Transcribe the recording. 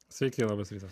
sveiki labas rytas